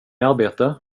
arbete